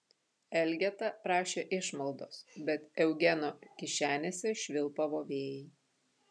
elgeta prašė išmaldos bet eugeno kišenėse švilpavo vėjai